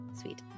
Sweet